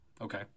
okay